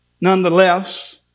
nonetheless